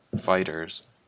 fighters